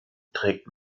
trägt